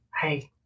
hey